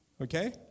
okay